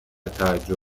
توجه